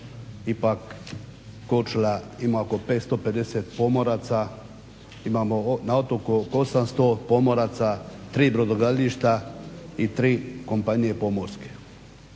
ipak Korčula ima oko 550 pomoraca, imamo na otoku oko 800 pomoraca, 3 brodogradilišta i 3 kompanije pomorske.